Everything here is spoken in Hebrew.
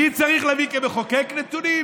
אני כמחוקק צריך להביא נתונים?